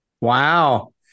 Wow